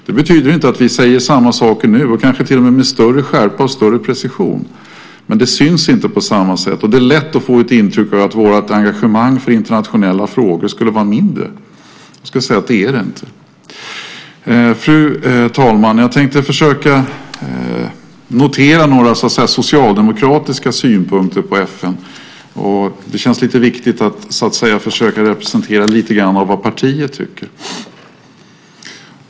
Det betyder inte att vi inte säger samma saker nu, kanske gör vi det till och med med större skärpa och större precision, men det syns inte på samma sätt. Det är lätt att få intrycket att vårt engagemang i internationella frågor skulle vara mindre. Jag skulle vilja säga att det är det inte. Fru talman! Jag tänkte försöka notera några socialdemokratiska synpunkter på FN. Det känns lite viktigt att försöka presentera lite grann av vad partiet tycker.